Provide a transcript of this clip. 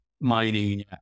mining